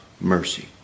mercy